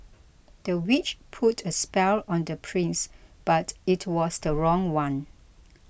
the witch put a spell on the prince but it was the wrong one